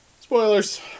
Spoilers